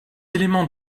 éléments